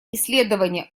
исследования